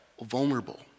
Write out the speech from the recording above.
vulnerable